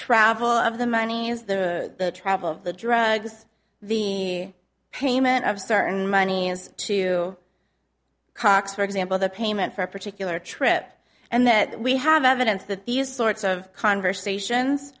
travel of the money is the travel of the drugs the payment of certain money as to cox for example the payment for a particular trip and that we have evidence that these sorts of conversations